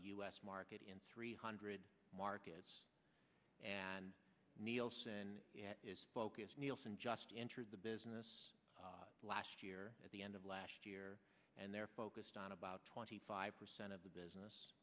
the u s market in three hundred markets and nielsen focus nielsen just entered the business last year at the end of last year and they're focused on about twenty five percent of the business